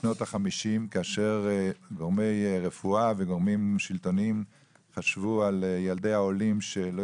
משנות ה-50 כאשר גורמי רפואה וגורמים שלטוניים חשבו על ילדי העולים שלא